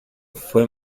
fue